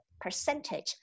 percentage